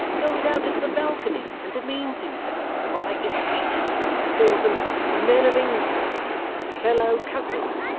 goes out into the balcony and demeans himself by making speeches to em, and calls em men of england, and fellow-countrymen,